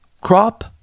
crop